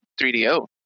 3DO